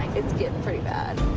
it's gettin' pretty bad.